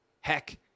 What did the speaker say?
Heck